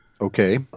Okay